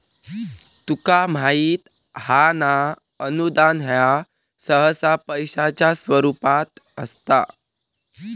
तुका माहित हां ना, अनुदान ह्या सहसा पैशाच्या स्वरूपात असता